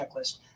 checklist